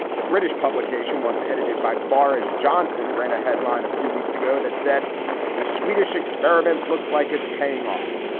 the british publication, once edited by boris johnson, ran a headline a few weeks ago that said the swedish experiment looks like it's paying off.